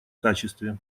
качестве